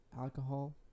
alcohol